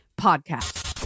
Podcast